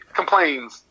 complains